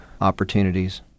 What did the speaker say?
opportunities